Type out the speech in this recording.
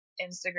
Instagram